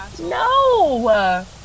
No